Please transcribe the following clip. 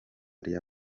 rya